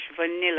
vanilla